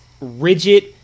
rigid